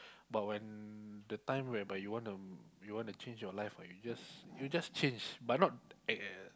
but when the time whereby you want to you want to change your life right you'll just you'll just change but not eh